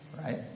right